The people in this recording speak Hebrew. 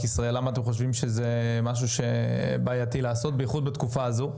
ישראל למה אתם חושבים שזה משהו שבעייתי לעשות בייחוד בתקופה הזו.